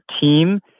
team